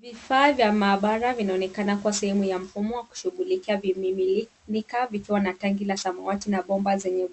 Vifaa vya maabara vinaonekana kuwa sehemu ya kushughulikia vimiminika vikiwa na tanki la samawati na bomba zenye